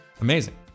amazing